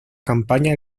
campaña